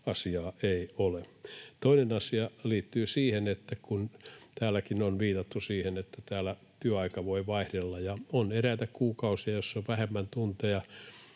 asiaa ei ole. Toinen asia liittyy siihen — täälläkin on viitattu siihen — että täällä työaika voi vaihdella ja on eräitä kuukausia, joissa on vähemmän tunteja